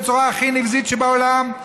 בצורה הכי נבזית שבעולם.